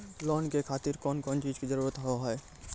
Loan के खातिर कौन कौन चीज के जरूरत हाव है?